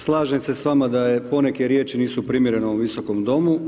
Slažem se s vama da poneke riječi nisu primjerene u ovom Visokom domu.